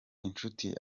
inshuti